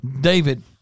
David